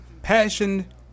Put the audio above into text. Passion